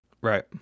Right